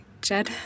Jed